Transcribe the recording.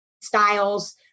styles